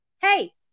Hey